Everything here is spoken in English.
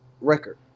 record